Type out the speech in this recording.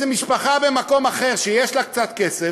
איזו משפחה במקום אחר, שיש לה קצת כסף,